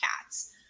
cats